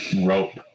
rope